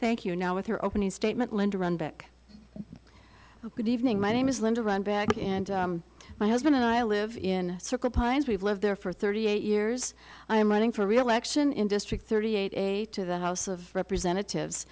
thank you now with your opening statement linda run back good evening my name is linda runback and my husband and i live in circle pines we've lived there for thirty eight years i am running for reelection in district thirty eight to the house of representatives